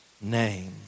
name